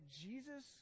jesus